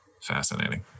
fascinating